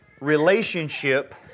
relationship